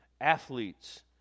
athletes